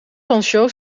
anciaux